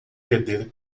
perder